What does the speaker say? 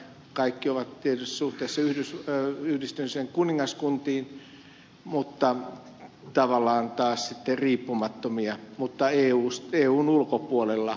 kaikki ovat tietyssä suhteessa yhdistyneeseen kuningaskuntaan mutta tavallaan taas riippumattomia mutta eun ulkopuolella